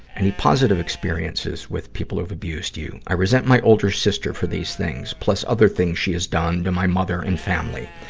any positive experiences with people who've abused you? i resent my older sister for these things, plus other things she has done to my mother and family.